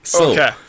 Okay